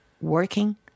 working